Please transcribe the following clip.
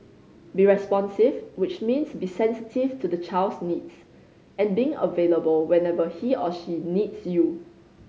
be responsive which means be sensitive to the child's needs and being available whenever he or she needs you